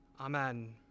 Amen